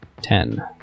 Ten